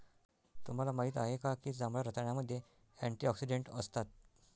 तुम्हाला माहित आहे का की जांभळ्या रताळ्यामध्ये अँटिऑक्सिडेंट असतात?